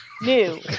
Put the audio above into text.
new